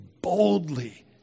boldly